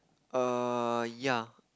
err ya